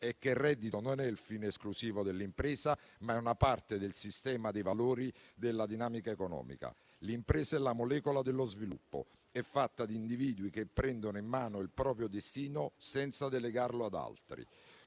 e che il reddito sia non il fine esclusivo dell'impresa, ma una parte del sistema dei valori della dinamica economica. L'impresa è la molecola dello sviluppo ed è fatta di individui che prendono in mano il proprio destino senza delegarlo ad altri.